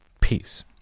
peace